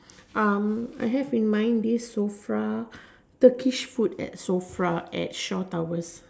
um I have in mind this sofa Turkish food at sofa at shaw towers